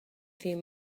few